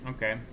Okay